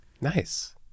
Nice